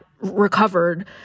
recovered